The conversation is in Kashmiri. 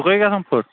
سُہ کٔہۍ گژھان فُٹ